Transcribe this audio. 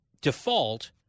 default